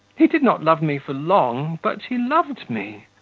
he did not love me for long, but he loved me!